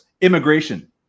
Immigration